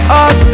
up